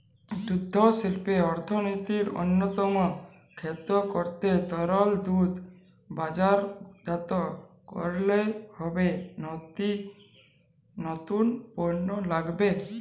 দুগ্ধশিল্পকে অর্থনীতির অন্যতম খাত করতে তরল দুধ বাজারজাত করলেই হবে নাকি নতুন পণ্য লাগবে?